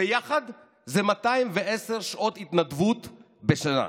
ביחד זה 210 שעות התנדבות בשנה,